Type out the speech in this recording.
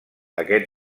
aquest